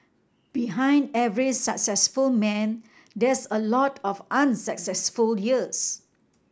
behind every successful man there's a lot of unsuccessful years